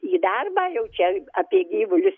į darbą jau čia apie gyvulius